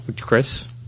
Chris